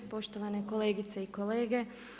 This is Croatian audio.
Poštovane kolegice i kolege.